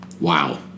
Wow